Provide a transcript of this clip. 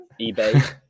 eBay